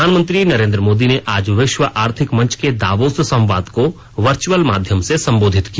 प्रधानमंत्री नरेंद्र मोदी ने आज विश्व आर्थिक मंच के दावोस संवाद को वर्च्अल माध्यम से संबोधित किया